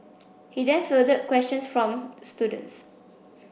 he then fielded questions from students